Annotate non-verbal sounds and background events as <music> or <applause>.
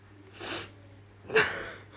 <noise> <laughs>